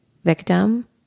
victim